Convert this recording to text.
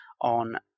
on